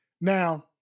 Now